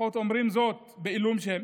לפחות אומרים זאת בעילום שם,